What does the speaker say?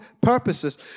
purposes